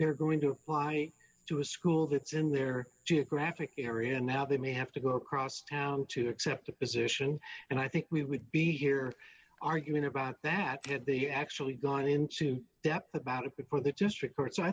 they're going to apply to a school that's in their geographic area now they may have to go across town to accept a position and i think we would be here arguing about that had they actually gone into depth about it before the district